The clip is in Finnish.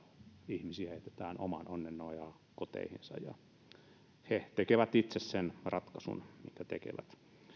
ihmisiä heitetään oman onnensa nojaan koteihinsa ja he tekevät itse sen ratkaisun minkä tekevät